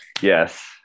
Yes